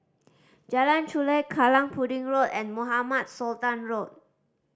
Jalan Chulek Kallang Pudding Road and Mohamed Sultan Road